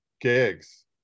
gigs